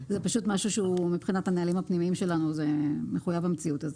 זה פשוט משהו שמבחינת הנהלים הפנימיים שלנו זה משהו שהוא מחויב המציאות.